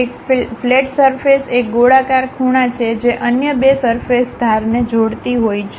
એક flat surface એક ગોળાકાર ખૂણા છે જે અન્ય બે સરફેસ ધારને જોડતી હોય છે